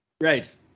Right